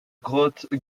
grotte